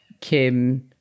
Kim